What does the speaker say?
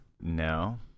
No